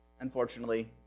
unfortunately